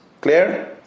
Clear